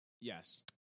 Yes